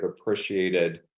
appreciated